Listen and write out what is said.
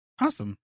Awesome